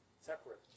Separate